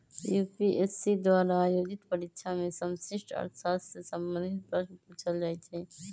UPSC द्वारा आयोजित परीक्षा में समष्टि अर्थशास्त्र से संबंधित प्रश्न पूछल जाइ छै